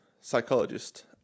psychologist